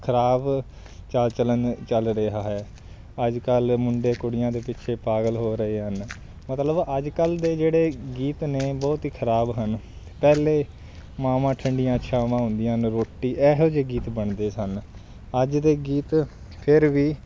ਖਰਾਬ ਚਾਲ ਚਲਨ ਚੱਲ ਰਿਹਾ ਹੈ ਅੱਜ ਕੱਲ੍ਹ ਮੁੰਡੇ ਕੁੜੀਆਂ ਦੇ ਪਿੱਛੇ ਪਾਗਲ ਹੋ ਰਹੇ ਹਨ ਮਤਲਬ ਅੱਜ ਕੱਲ੍ਹ ਦੇ ਜਿਹੜੇ ਗੀਤ ਨੇ ਬਹੁਤ ਹੀ ਖਰਾਬ ਹਨ ਪਹਿਲੇ ਮਾਵਾਂ ਠੰਡੀਆਂ ਛਾਵਾਂ ਹੁੰਦੀਆਂ ਨੇ ਰੋਟੀ ਇਹੋ ਜਿਹੇ ਗੀਤ ਬਣਦੇ ਸਨ ਅੱਜ ਦੇ ਗੀਤ ਫਿਰ ਵੀ